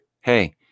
hey